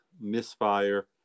Misfire